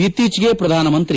ಇತ್ತೀಚೆಗೆ ಪ್ರಧಾನಮಂತ್ರಿ